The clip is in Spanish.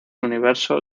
universo